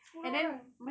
sepuluh orang